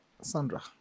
Sandra